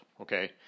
okay